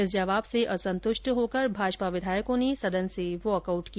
इस जवाब से असंतुष्ट होकर भाजपा विधायकों ने सदन से वॉकआउट किया